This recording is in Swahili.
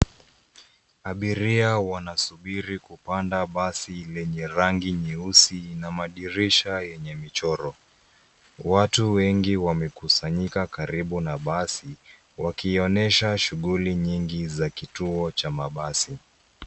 Abiria wanasubiri kupanda basi lenye rangi nyeusi na madirisha yenye michoro. Watu wengi wamekusanyika karibu na basi, wakionyesha shughuli nyingi za kituo cha mabasi.